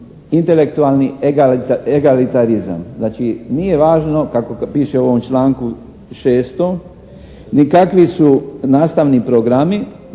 intelektualni egalitarizam. Znači, nije važno kako piše u ovom članku 6. ni kakvi su nastavni programi,